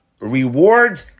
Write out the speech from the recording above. reward